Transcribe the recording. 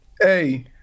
Hey